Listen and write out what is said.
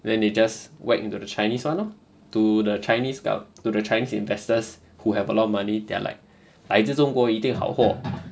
then they just whack into the chinese one lor to the chinese gov~ to the chinese investors who have a lot of money they are like 来自中国一定好货